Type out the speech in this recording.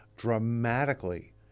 dramatically